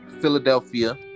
Philadelphia